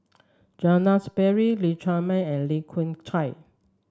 Zainal Sapari Lee Chiaw Meng and Lee Khoon Choy